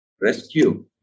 rescue